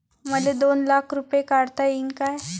मले दोन लाख रूपे काढता येईन काय?